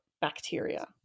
bacteria